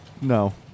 No